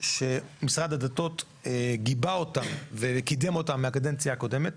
תוכניות שמשרד הדתות גיבה אותם וקידם אותם מהקדנציה הקודמת.